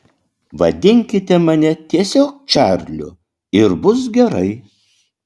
vadinkite mane tiesiog čarliu ir bus gerai